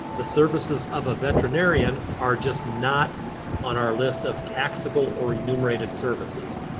the services of a veterinarian are just not on our list of taxable or enumerated services.